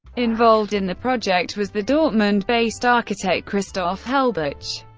involved in the project was the dortmund based architect christoph helbich,